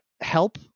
help